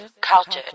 cultured